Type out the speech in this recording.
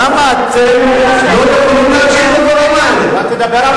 למה אתם לא יכולים להקשיב לדברים האלה.